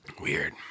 Weird